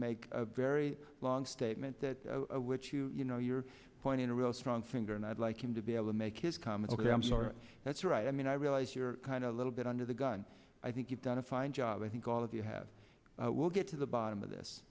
make a very long statement that which you you know you're pointing a real strong finger and i'd like him to be able to make his comment ok i'm sorry that's right i mean i realize you're kind a little bit under the gun i think you've done a fine job i think all of you have will get to the bottom of this